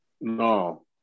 no